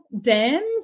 dams